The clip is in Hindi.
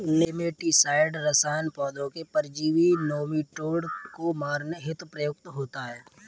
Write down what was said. नेमेटीसाइड रसायन पौधों के परजीवी नोमीटोड को मारने हेतु प्रयुक्त होता है